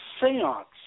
seance